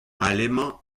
alemañ